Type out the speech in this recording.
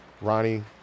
Ronnie